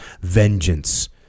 vengeance